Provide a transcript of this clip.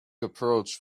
approach